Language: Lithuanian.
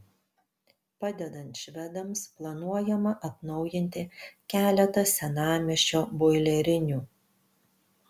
padedant švedams planuojama atnaujinti keletą senamiesčio boilerinių